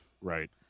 Right